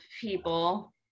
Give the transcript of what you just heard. people